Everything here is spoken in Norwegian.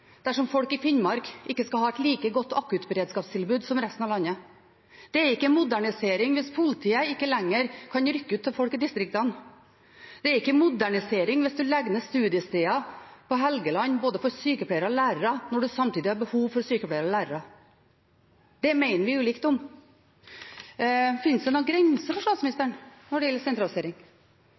dersom folk i Finnmark ikke skal ha et like godt akuttberedskapstilbud som resten av landet. Det er ikke modernisering hvis politiet ikke lenger kan rykke ut til folk i distriktene. Det er ikke modernisering hvis en legger ned studiesteder for både sykepleiere og lærere på Helgeland når en samtidig har behov for sykepleiere og lærere. Det mener vi ulikt om. Finnes det noen grense for statsministeren når det gjelder sentralisering?